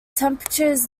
temperatures